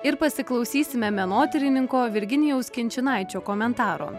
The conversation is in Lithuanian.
ir pasiklausysime menotyrininko virginijaus kinčinaičio komentaro